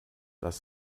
dass